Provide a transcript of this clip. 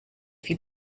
viel